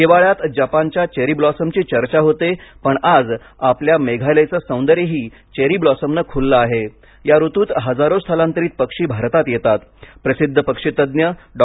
हिवाळ्यात जपानच्या चेरीब्लॉसमची चर्चा होते पण आज आपल्या मेघालयाचं सौंदर्यही चेरी ब्लॉसमनं खूललं आहे या ऋतूत हजारो स्थलांतरित पक्षी भारतात येतात प्रसिद्ध पक्षीतज्ज्ञ डॉ